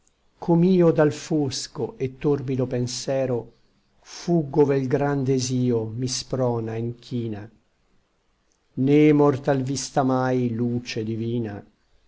nocchiero com'io dal fosco et torbido pensero fuggo ove l gran desio mi sprona e nchina né mortal vista mai luce divina